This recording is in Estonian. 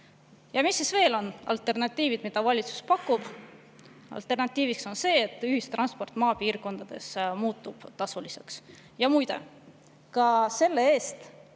Mis veel on alternatiivid, mida valitsus pakub? Alternatiiviks on see, et ühistransport maapiirkondades muutub tasuliseks. Muide, ka selle eest,